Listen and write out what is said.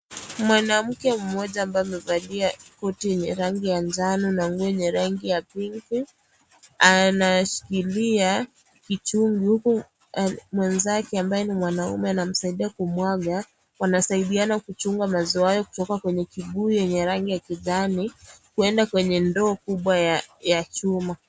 Mwanamke mmoja, ambaye amevalia koti yenye rangi ya njano na mwenye rangi ya pink .Anashikilia kichungu, mwenzake ambaye ni mwanaume ,anamsaidia kumwaga. Wanasaidiana kuchunga maziwa haya kutoka kwenye kibuyu yenye rangi ya kijani , kuenda kwenye ndoo kubwa ya chuma.